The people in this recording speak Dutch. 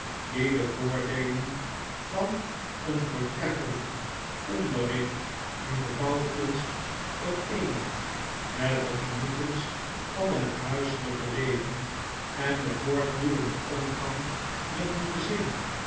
de voordeelen van een voortreffelijk onderricht in de architectuur vereenigt met de genoegens van het huiselijke leven en den voortdurenden omgang met een gezin